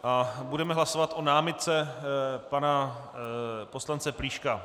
A budeme hlasovat o námitce pana poslance Plíška.